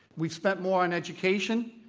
we've spent more on education.